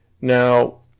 Now